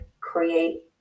create